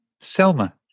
Selma